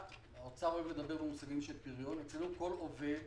האוצר מדבר על מושגים של פריון, אצלנו כל עובד